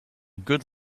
good